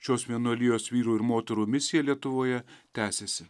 šios vienuolijos vyrų ir moterų misija lietuvoje tęsiasi